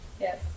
Yes